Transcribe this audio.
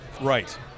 Right